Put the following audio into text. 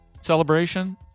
celebration